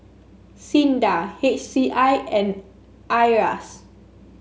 SINDA H C I and Iras